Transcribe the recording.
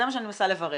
זה מה שאני מנסה לברר.